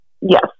Yes